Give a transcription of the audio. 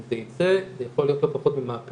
אם זה ייצא זה יכול להיות לא פחות ממהפכה